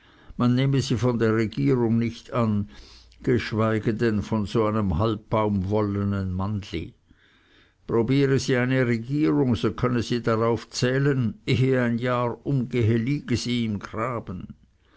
man nehme sie von der regierung nicht an geschweige denn so von einem halbbaumwollenen mannli probiere sie eine regierung so könne sie darauf zählen ehe ein jahr umgehe liege sie im graben